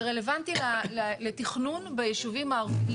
זה רלוונטי לתכנון בישובים הערביים.